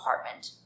apartment